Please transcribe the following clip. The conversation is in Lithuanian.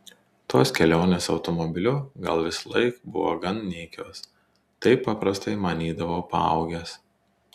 tos kelionės automobiliu gal visąlaik buvo gan nykios taip paprastai manydavau paaugęs